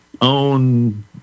own